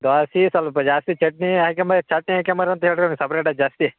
ದ್ವಾಸೆ ಸ್ವಲ್ಪ ಜಾಸ್ತಿ ಚಟ್ನಿ ಹಾಕ್ಕಂಬ ಚಟ್ನಿ ಹಾಕ್ಕಂಬರ್ ಅಂತ ಹೇಳಿರಿ ಅವ್ನ್ಗೆ ಸಪ್ರೇಟಾಗಿ ಜಾಸ್ತಿ